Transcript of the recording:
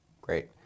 Great